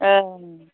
ओं